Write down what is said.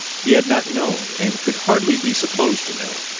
he had not known and could hardly be supposed to know.